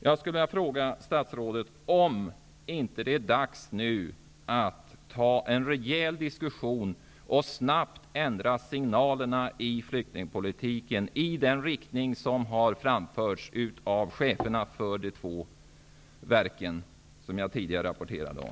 Jag vill fråga statsrådet om det inte nu är dags att ta en rejäl diskussion och snabbt ändra signalerna i flyktingpolitiken i den riktning som har föreslagits av cheferna för de två verken som jag tidigare talade om.